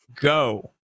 go